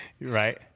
right